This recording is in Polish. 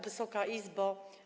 Wysoka Izbo!